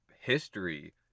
history